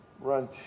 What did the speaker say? run